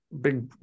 big